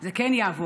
זה כן יעבור,